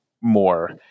more